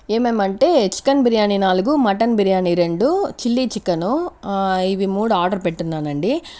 ఏమేమంటే chicken biryani నాలుగు mutton biryani రెండు chilli chicken ఇవి మూడు ఆర్డర్ పెట్టి ఉన్నానండి